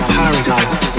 paradise